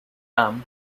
arm